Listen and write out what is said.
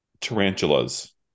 tarantulas